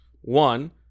One